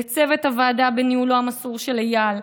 לצוות הוועדה בניהולו המסור של איל,